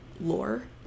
lore